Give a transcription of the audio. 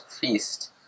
feast